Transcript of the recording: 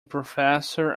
professor